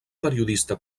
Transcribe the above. periodista